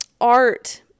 art